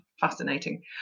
fascinating